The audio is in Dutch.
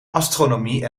astronomie